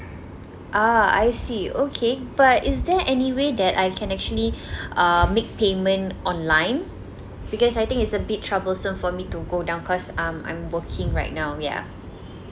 ah I see okay but is there any way that I can actually err make payment online because I think it's a bit troublesome for me to go down cause um I'm working right now yeah